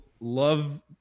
love